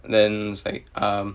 then it's like um